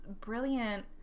brilliant